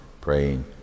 praying